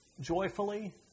joyfully